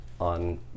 on